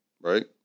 right